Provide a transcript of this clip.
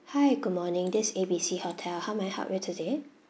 hi good morning this is A B C hotel how may I help you today